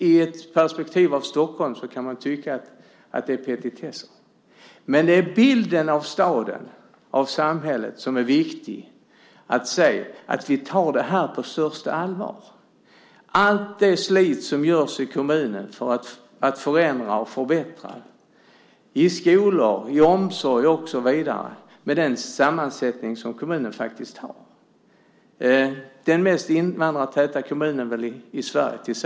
I ett perspektiv av Stockholm kan man tycka att det är petitesser. Det är bilden av staden, av samhället, som är viktig att se. Vi tar det på största allvar. Det handlar om allt det slit som görs i kommunen för att förändra och förbättra i skolor, i omsorg och så vidare, med den sammansättning som kommunen har. Landskrona är tillsammans med Malmö den mest invandrartäta kommunen i Sverige.